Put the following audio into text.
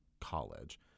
college